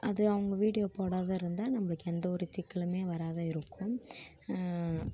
அது அவங்க வீடியோ போடாம இருந்தால் நம்மளுக்கு எந்த ஒரு சிக்கலும் வராம இருக்கும்